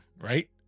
right